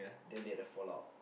then they had a fall out